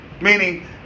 meaning